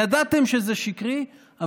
ידעתם שזה שקרי,